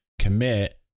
commit